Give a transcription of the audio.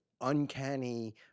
uncanny